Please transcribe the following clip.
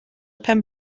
pen